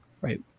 Right